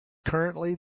currently